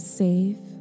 safe